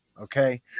Okay